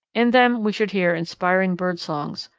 in them we should hear inspiring bird songs,